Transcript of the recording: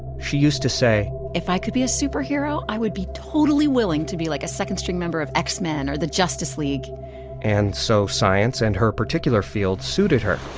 she used to say, if i could be a superhero, i would be totally willing to be like a second string member of x-men or the justice league and so science and her particular field suited her